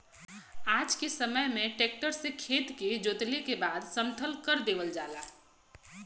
आज के समय में ट्रक्टर से खेत के जोतले के बाद समथर कर देवल जाला